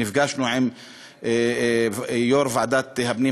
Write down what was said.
נפגשנו עם יו"ר ועדת הפנים,